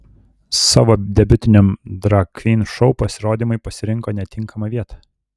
savo debiutiniam drag kvyn šou pasirodymui pasirinko netinkamą vietą